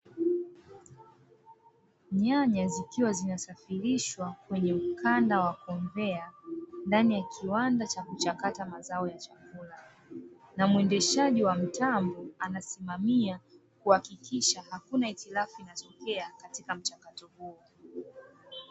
Nyanya zikiwa zinasafirishwa kwenye mkanda wa konveya ndani ya kiwanda cha kuchakata mazao ya chakula, na muendeshaji wa mtambo anasimamia kuhakikisha hakuna hitilafu inatokea katika mchakato huo.